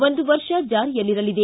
ಒಂದು ವರ್ಷ ಜಾರಿಯಲ್ಲಿರಲಿದೆ